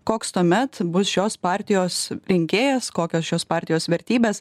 koks tuomet bus šios partijos rinkėjas kokios šios partijos vertybės